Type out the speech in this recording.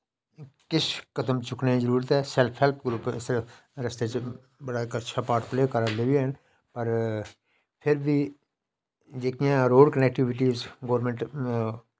किश कदम चुक्कने दी जरूरत ऐ सैल्फ हैल्प ग्रुप्प इसदे च बड़ा इक अच्छा पार्ट पले करै दे बी हैन और फिर बी जेह्ड़ियां रोड़ कनैक्टविटियां गौरमैंट